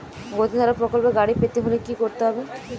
গতিধারা প্রকল্পে গাড়ি পেতে হলে কি করতে হবে?